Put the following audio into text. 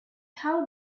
how